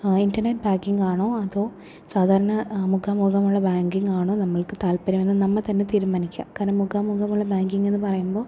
ആ internet banking ആണോ അതോ സാധാരണ മുഖാ മുഖമുള്ള ബാങ്കിങ്ങാണോ നമ്മൾക്ക് താത്പര്യം എന്ന് നമ്മൾ തന്നെ തിരുമാനിക്കുക കാരണം മുഖാ മുഖമുള്ള ബാങ്കിങ് എന്ന് പറയുമ്പോൾ